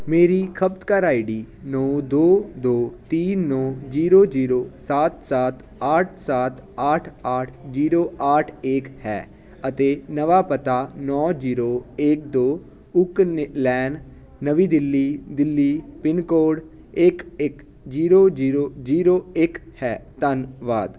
ਮੇਰੀ ਖਪਤਕਾਰ I D ਨੌਂ ਦੋ ਦੋ ਤੀਨ ਨੌਂ ਜੀਰੋ ਜੀਰੋ ਸਾਤ ਸਾਤ ਆਠ ਸਾਤ ਆਠ ਆਠ ਜੀਰੋ ਆਠ ਏਕ ਹੈ ਅਤੇ ਨਵਾਂ ਪਤਾ ਨੌਂ ਜੀਰੋ ਏਕ ਦੋ ਉੱਕਲੈਨ ਨਵੀਂ ਦਿੱਲੀ ਦਿੱਲੀ ਪਿੰਨ ਕੋਡ ਏਕ ਏਕ ਜੀਰੋ ਜੀਰੋ ਜੀਰੋ ਏਕ ਹੈ ਧੰਨਵਾਦ